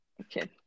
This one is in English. Okay